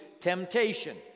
temptation